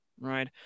right